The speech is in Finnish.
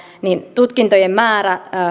tutkintojen määrä